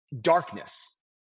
darkness